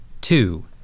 Two